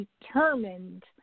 determined